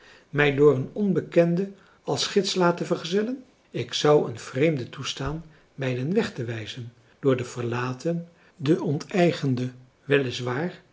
mij door een onbekende als gids laten vergezellen ik zou een vreemde toestaan mij den weg te wijzen door de verlaten de